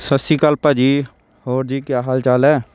ਸਤਿ ਸ਼੍ਰੀ ਅਕਾਲ ਭਾਅ ਜੀ ਹੋਰ ਜੀ ਕਿਆ ਹਾਲ ਚਾਲ ਹੈ